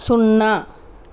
సున్నా